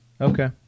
Okay